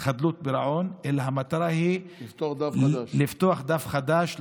על חדלות פירעון, אלא המטרה היא, לפתוח דף חדש.